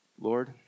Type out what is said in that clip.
Lord